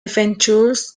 ventures